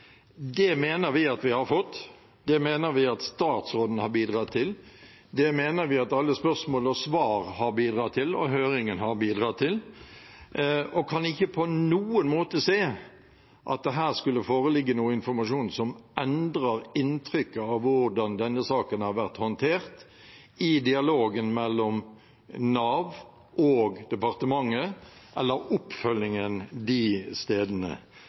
Det mener vi at vi har fått, det mener vi at statsråden har bidratt til, det mener vi at alle spørsmål og svar har bidratt til, og at høringen har bidratt til, og kan ikke på noen måte se at det her skulle foreligge noe informasjon som endrer inntrykket av hvordan denne saken har vært håndtert i dialogen mellom Nav og departementet eller oppfølgingen de stedene.